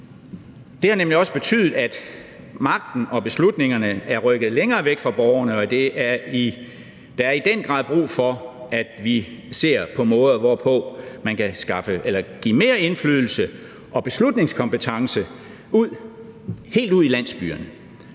Det har nemlig også betydet, at magten og beslutningerne er rykket længere væk fra borgerne, og der er i den grad brug for, at vi ser på måder, hvorpå man kan give mere indflydelse og beslutningskompetence helt ud i landsbyerne.